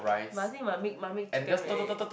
but I think must make must make chicken right